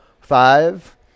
Five